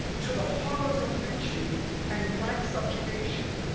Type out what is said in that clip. to the horrors of lynching and black subjugation,